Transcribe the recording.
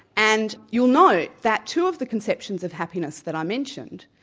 and you'll note that two of the conceptions of happiness that i mentioned,